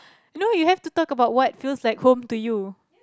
no you have to talk about what feels like home to you